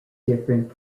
different